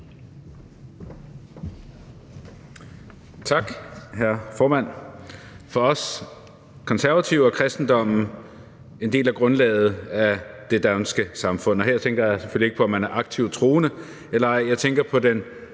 Tak, hr. formand. For os Konservative er kristendommen en del af grundlaget af det danske samfund, og her tænker jeg selvfølgelig ikke på, om man er aktivt troende eller ej. Jeg tænker på,